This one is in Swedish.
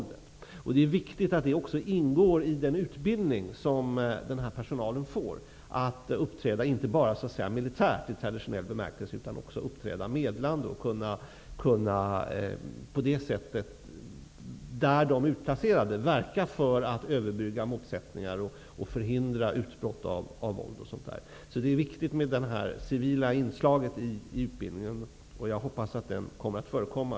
Det är viktigt att det också ingår i den utbildning som denna personal får att uppträda inte bara så att säga militärt i traditionell bemärkelse utan också uppträda medlande och på det sättet kunna verka för att överbrygga motsättningar och förhindra utbrott av våld. Det är alltså viktigt med detta civila inslag i utbildningen, och jag hoppas att det kommer att förekomma.